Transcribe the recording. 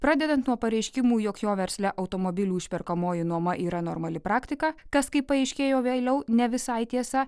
pradedant nuo pareiškimų jog jo versle automobilių išperkamoji nuoma yra normali praktika kas kaip paaiškėjo vėliau ne visai tiesa